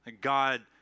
God